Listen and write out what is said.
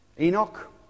Enoch